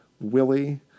Willie